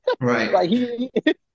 Right